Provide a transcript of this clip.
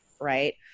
right